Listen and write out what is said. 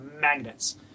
magnets